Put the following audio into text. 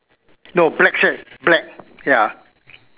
no black shirt black ya